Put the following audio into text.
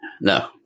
No